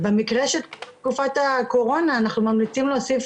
במקרה של תקופת הקורונה אנחנו ממליצים להוסיף